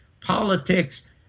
politics